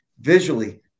visually